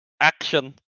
action